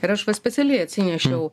ir aš specialiai atsinešiau